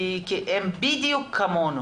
כי הבנתי שגם להם הייתה התנגדות מסוימת.